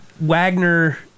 Wagner